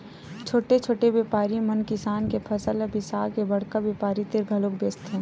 छोटे छोटे बेपारी मन किसान के फसल ल बिसाके बड़का बेपारी तीर घलोक बेचथे